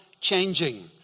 changing